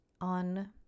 on